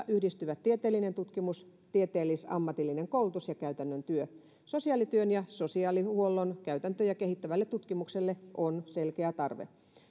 yhdistyvät tieteellinen tutkimus tieteellis ammatillinen koulutus ja käytännön työ sosiaalityön ja sosiaalihuollon käytäntöjä kehittävälle tutkimukselle on selkeä tarve